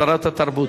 שרת התרבות.